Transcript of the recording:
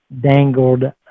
dangled